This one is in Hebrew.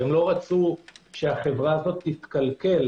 ולא רצו שהיא תתקלקל,